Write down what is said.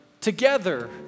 together